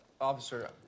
Officer